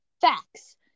Facts